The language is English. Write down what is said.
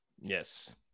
Yes